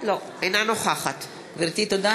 אינה נוכחת גברתי, תודה.